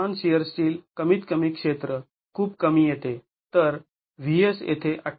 किमान shear steel कमीत कमी क्षेत्र खूप कमी येते